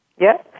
Yes